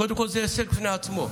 קודם כול, זה הישג בפני עצמו.